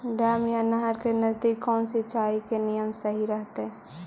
Dam या नहर के नजदीक कौन सिंचाई के नियम सही रहतैय?